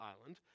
island